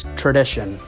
tradition